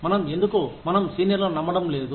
మనం ఎందుకు మనం సీనియర్లను నమ్మడం లేదు